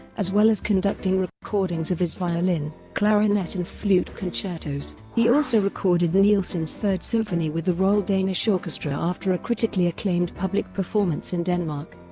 as well as conducting recordings of his violin, clarinet and flute concertos. he also recorded nielsen's third symphony with the royal danish orchestra after a critically acclaimed public performance in denmark.